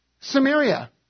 Samaria